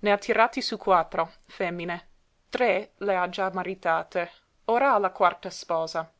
ne ha tirati sú quattro femmine tre le ha già maritate ora ha la quarta sposa